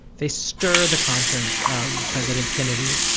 they stir the conscience of president kennedy.